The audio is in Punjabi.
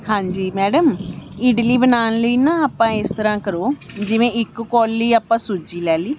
ਹਾਂਜੀ ਮੈਡਮ ਇਡਲੀ ਬਣਾਉਣ ਲਈ ਨਾ ਆਪਾਂ ਇਸ ਤਰਾਂ ਕਰੋ ਜਿਵੇਂ ਇੱਕ ਕੌਲੀ ਆਪਾਂ ਸੂਜੀ ਲੈ ਲਈ